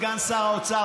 סגן שר האוצר,